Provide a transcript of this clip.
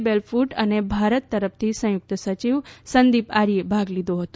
બેલક્ર્ટ અને ભારત તરફથી સંયુક્ત સંચિવ સંદીપ આર્યે ભાગ લીધો હતો